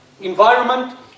environment